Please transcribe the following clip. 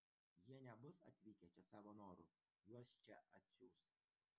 jie nebus atvykę čia savo noru juos čia atsiųs